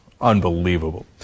Unbelievable